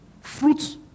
fruits